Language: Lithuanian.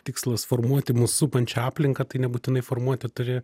tikslas formuoti mus supančią aplinką tai nebūtinai formuoti turi